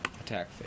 Attack